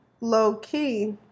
low-key